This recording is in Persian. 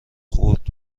خورد